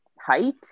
height